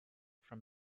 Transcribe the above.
from